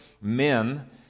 men